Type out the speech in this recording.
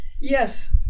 Yes